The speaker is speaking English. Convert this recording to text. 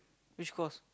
which course